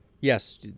Yes